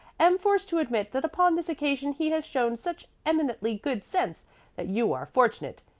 am forced to admit that upon this occasion he has shown such eminently good sense that you are fortunate,